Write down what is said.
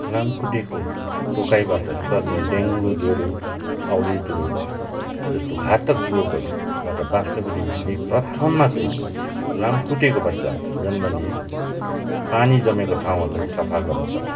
लामखुट्टेको टोकाइबाट सर्ने डेङ्गु जरो औले जरो जस्तो घातक रोगहरूबाट बाँच्नको निम्ति चाहिँ प्रथम मा चाहिँ लामखुट्टेको बच्चा जन्मने पानीको जमेको ठाउँहरूलाई सफा गर्नुपर्छ